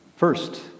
First